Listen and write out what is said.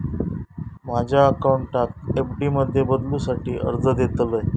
माझ्या अकाउंटाक एफ.डी मध्ये बदलुसाठी अर्ज देतलय